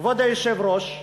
כבוד היושב-ראש,